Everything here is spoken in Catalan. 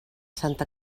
santa